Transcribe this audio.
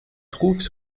trouvent